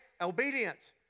obedience